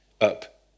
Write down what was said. up